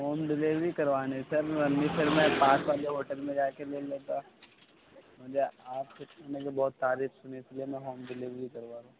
home delivery کروانی ہے sir میں پاس والے ہوٹل میں رہ کے مل لیتا مجھے آپ کے مجھے بہت تعریف سنی تھی اس لیے میں ہوم ڈیلیوری کروا رہا ہوں